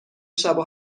شبو